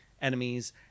Enemies